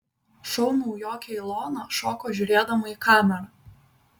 šou naujokė ilona šoko žiūrėdama į kamerą